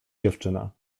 dziewczyna